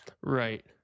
Right